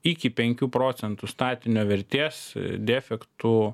iki penkių procentų statinio vertės defektų